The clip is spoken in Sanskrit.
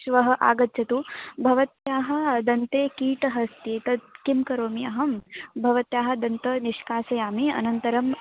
श्वः आगच्छतु भवत्याः दन्ते कीटः अस्ति तत् किं करोमि अहं भवत्याः दन्तः निष्कासयामि अनन्तरम्